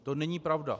To není pravda.